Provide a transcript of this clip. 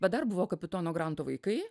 bet dar buvo kapitono granto vaikai